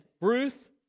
Ruth